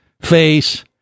face